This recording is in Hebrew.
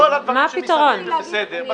כל הדברים שמסביב, זה בסדר.